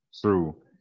True